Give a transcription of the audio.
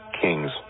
kings